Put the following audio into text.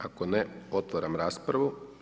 Ako ne, otvaram raspravu.